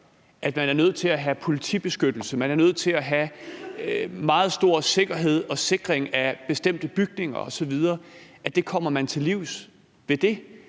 at man er nødt til at have politibeskyttelse, og at man er nødt til at have meget stor sikkerhed og sikring af bestemte bygninger osv., kommer man til livs ved det?